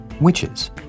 witches